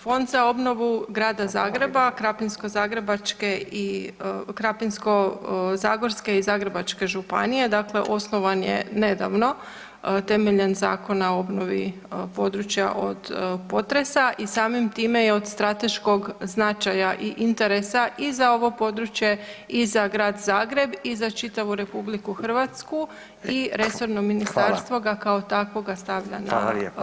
Fond za obnovu Grada Zagreba, Krapinsko-zagrebačke i Krapinsko-zagorske i Zagrebačke županije, dakle osnovan je nedavno temeljem Zakona o obnovi područja od potresa i samim time je od strateškog značaja i interesa i za ovo područje i za Grad Zagreb i za čitavu RH i resorno ministarstvo ga kao [[Upadica: Hvala.]] takvoga stavlja na odluku.